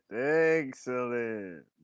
Excellent